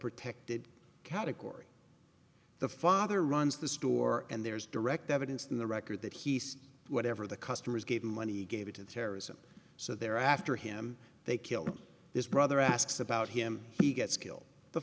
protected category the father runs the store and there's direct evidence in the record that he says whatever the customers gave him money gave it to terrorism so they're after him they kill his brother asks about him he gets killed the